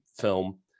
film